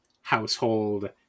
household